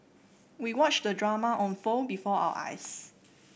we watched the drama unfold before our eyes